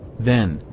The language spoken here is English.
then,